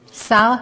שר?